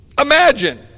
Imagine